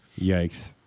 Yikes